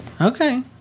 Okay